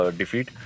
defeat